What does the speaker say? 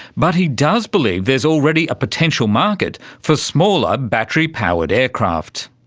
but he does believe there's already a potential market for smaller battery-powered aircraft.